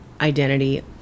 identity